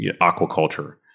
aquaculture